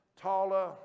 taller